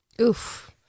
Oof